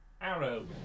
arrow